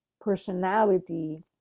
personality